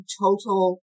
total